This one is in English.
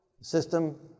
system